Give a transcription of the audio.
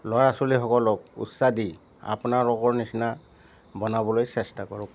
ল'ৰা ছোৱালীসকলক উৎসাহ দি আপোনালোকৰ নিচিনা বনাবলৈ চেষ্টা কৰক